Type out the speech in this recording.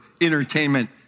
entertainment